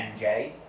NJ